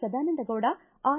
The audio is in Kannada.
ಸದಾನಂದ ಗೌಡ ಆರ್